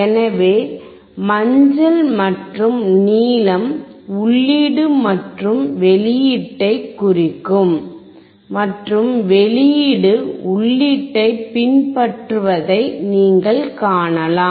எனவே மஞ்சள் மற்றும் நீலம் உள்ளீடு மற்றும் வெளியீட்டை குறிக்கும் மற்றும் வெளியீடு உள்ளீட்டைப் பின்பற்றுவதை நீங்கள் காணலாம்